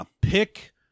pick